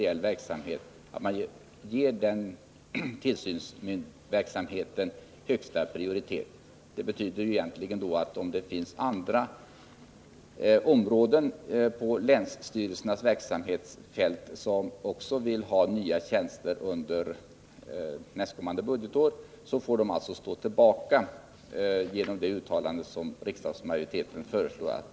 Det uttalande som utskottsmajoriteten föreslår att riksdagen nu skall göra betyder egentligen att andra områden inom länsstyrelsernas verksamhetsfält inom vilka man likaledes vill ha nya tjänster under nästkommande budgetår kommer att få stå tillbaka.